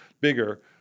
bigger